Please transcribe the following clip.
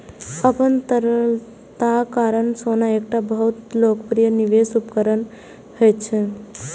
अपन तरलताक कारण सोना एकटा बहुत लोकप्रिय निवेश उपकरण होइ छै